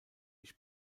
ich